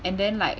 and then like